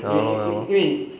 ya lor ya lor